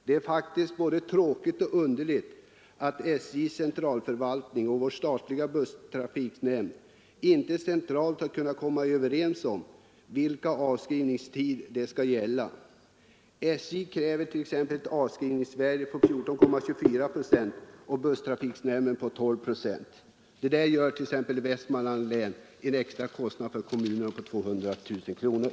Det är faktiskt både underligt och tråkigt att SJ:s centralförvaltning och vår statliga busstrafiknämnd inte centralt kunnat komma överens om vilka avskrivningstider som skall gälla. SJ kräver ett avskrivningsvärde på 14,24 procent och busstrafiknämnden 12 procent. Det medför t.ex. i Västmanlands län direkta kostnader för kommunen på 200 000 kronor.